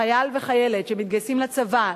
חייל וחיילת שמתגייסים לצבא,